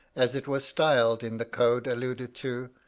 as it was styled in the code alluded to,